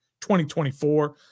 2024